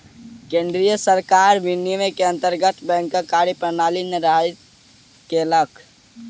केंद्रीय बैंक सरकार विनियम के अंतर्गत बैंकक कार्य प्रणाली निर्धारित केलक